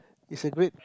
is a great